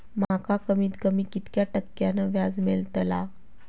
माका कमीत कमी कितक्या टक्क्यान व्याज मेलतला?